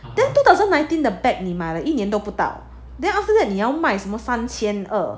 then two thousand nineteen the bag 你买了一年都不到 then after that 你要卖什么三千二